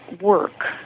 work